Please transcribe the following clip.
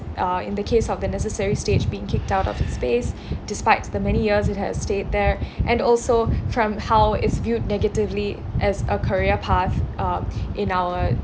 uh in the case of the Necessary Stage being kicked out of its space despite the many years it has stayed there and also from how it's viewed negatively as a career path um in our